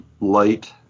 light